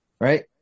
Right